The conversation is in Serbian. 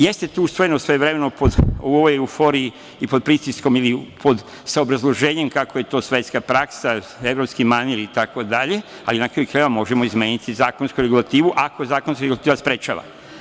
Jeste to usvojeno svojevremeno u ovoj euforiji pod pritiskom ili sa obrazloženjem kako je to svetska praksa, evropski manir itd. ali na kraju krajeva, možemo izmeniti zakonsku regulativu ako zakonska regulativa sprečava.